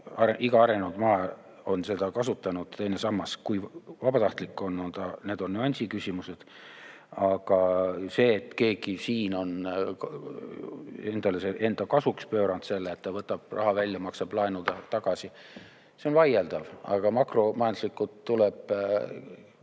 iga arenenud maa on seda kasutanud. Kui vabatahtlik ta on, see on nüansi küsimus. Aga see, et keegi siin on enda kasuks pööranud selle, et ta võtab raha välja, maksab laenu tagasi – see on vaieldav. Makromajanduslikult tuleb